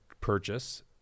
purchase